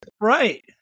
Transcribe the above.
Right